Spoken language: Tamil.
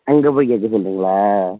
அங்கேப் போய் கேட்க சொல்லுறிங்களா